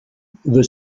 the